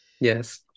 Yes